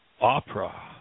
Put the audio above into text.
opera